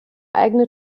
eigene